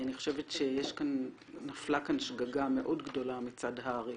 אני חושבת שנפלה כאן שגגה מאוד גדולה מצד הר"י